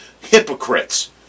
Hypocrites